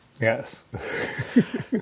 Yes